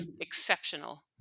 exceptional